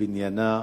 בבניינה ובקליטתה.